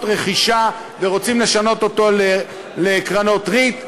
רכישה ורוצים לשנות אותו לקרנות ריט?